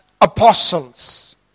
apostles